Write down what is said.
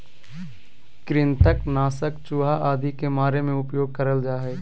कृंतक नाशक चूहा आदि के मारे मे उपयोग करल जा हल